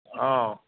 हँ